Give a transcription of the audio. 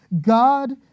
God